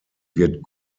wird